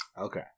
okay